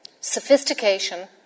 sophistication